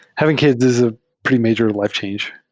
having kids is a pretty major life change.